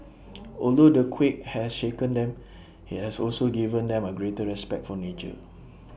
although the quake has shaken them IT has also given them A greater respect for nature